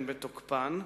ההסכמות שלנו הן בתוקפן.